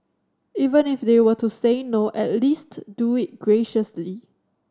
even if they were to say no at least do it graciously